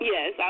Yes